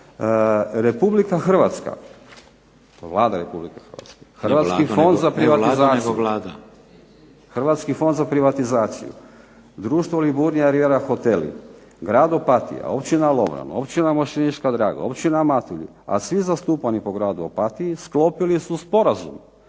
Republika Hrvatska, Vlada Republike Hrvatske, Hrvatski fond za privatizaciju. …/Upadica se ne razumije./… Hrvatski fond za privatizaciju, Društvo Liburnija rivijera hoteli, grad Opatija, općina Lovran, općina Mošćinečka draga, općina Matulji, a svi zastupani po gradu Opatiji sklopili su sporazum